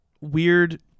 weird